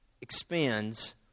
expands